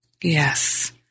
Yes